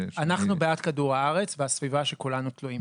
אנחנו בעד כדור הארץ והסביבה שכולנו תלויים בה.